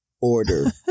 order